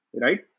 right